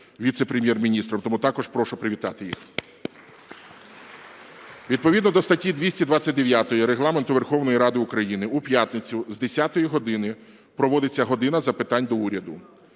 Відповідно до статті 229 Регламенту Верховної Ради України в п'ятницю з 10 години проводиться "година запитань до Уряду".